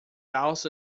also